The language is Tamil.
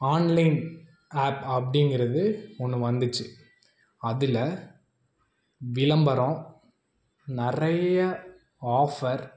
ஆன்லைன் ஆப் அப்படிங்குறது ஒன்று வந்துச்சு அதில் விளம்பரம் நிறைய ஆஃபர்